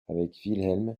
wilhelm